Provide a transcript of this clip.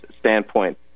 standpoint